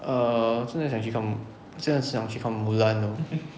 err 现在想去看现在想去看 mulan 的 lor